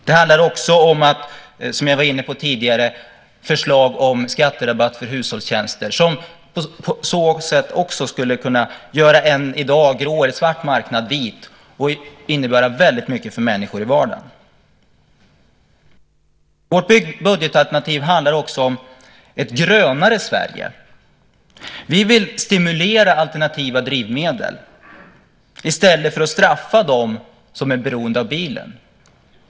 Det handlar också om, som jag var inne på tidigare, förslag om skatterabatt för hushållstjänster som skulle kunna göra en i dag grå eller svart marknad vit och innebära väldigt mycket för människor i vardagen. Vårt budgetalternativ handlar också om ett grönare Sverige. Vi vill stimulera alternativa drivmedel i stället för att straffa dem som är beroende av bilen.